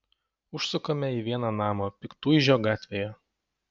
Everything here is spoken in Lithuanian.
užsukame į vieną namą piktuižio gatvėje